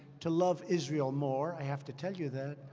to love israel more. i have to tell you that.